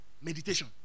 Meditation